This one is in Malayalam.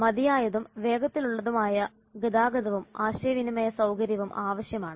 മതിയായതും വേഗത്തിലുള്ളതുമായ ഗതാഗതവും ആശയവിനിമയ സൌകര്യവും ആവശ്യമാണ്